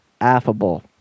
affable